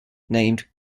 named